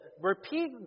repeat